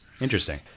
interesting